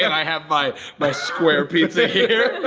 and i have my my square pizza here.